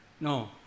No